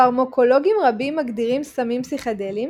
פרמוקולוגים רבים מגדירים סמים פסיכדליים